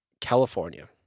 California